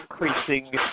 increasing